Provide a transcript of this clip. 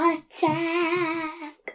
Attack